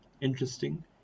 interesting